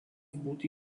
būti